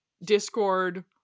Discord